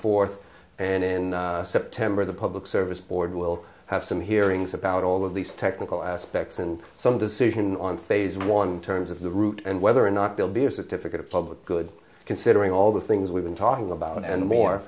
forth and in september the public service board will have some hearings about all of these technical aspects and so the decision on phase one terms of the route and whether or not they'll be a certificate of public good considering all the things we've been talking about and more